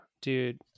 dude